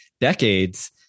decades